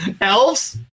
Elves